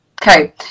Okay